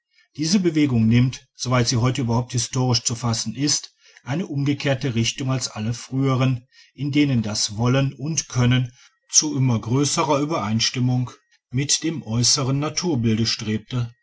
diese bewegung nimmt soweit sie heute überhaupt historisch zu fassen ist eine umgekehrte richtung als alle früheren in denen das wollen und können zu immer größerer übereinstimmung mit dem äußeren naturbilde strebte